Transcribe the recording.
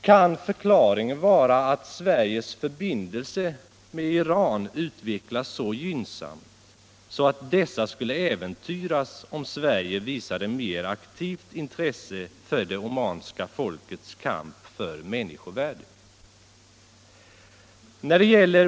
Kan förklaringen vara att Sveriges förbindelser med Iran utvecklas så gynnsamt att dessa skulle äventyras, om Sverige visade mer aktivt intresse för det omanska folkets kamp för människovärde?